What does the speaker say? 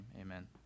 Amen